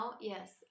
yes